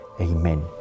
Amen